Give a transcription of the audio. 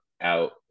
out